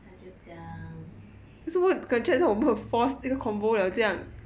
他就讲